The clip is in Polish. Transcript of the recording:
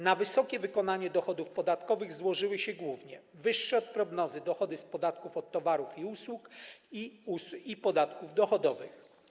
Na wysokie wykonanie dochodów podatkowych złożyły się głównie wyższe od prognozowanych dochody z podatków od towarów i usług i podatków dochodowych.